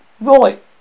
Right